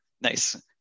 nice